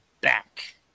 back